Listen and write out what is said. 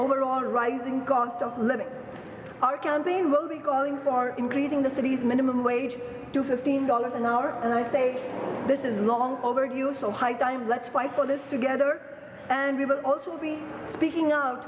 overall rising cost of living our county will be going for increasing the city's minimum wage to fifteen dollars an hour and i say this is long overdue so high time let's fight for this together and we will also be speaking out